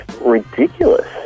ridiculous